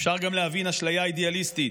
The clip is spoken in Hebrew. אפשר גם להבין אשליה אידיאליסטית.